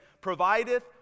provideth